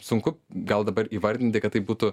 sunku gal dabar įvardinti kad tai būtų